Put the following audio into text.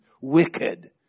wicked